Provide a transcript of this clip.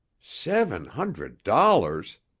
seven hundred dollars!